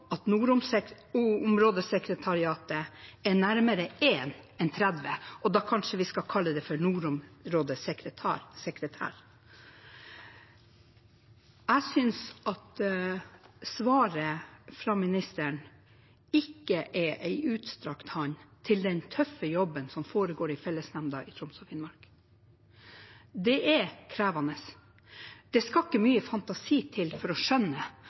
er nærmere 1 enn 30. Da skal vi kanskje kalle det for nordområdesekretær. Jeg synes svaret fra statsråden ikke er en utstrakt hånd til den tøffe jobben som foregår i fellesnemnda i Troms og Finnmark. Det er krevende, og det skal ikke mye fantasi til for å skjønne